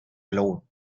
alone